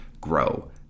grow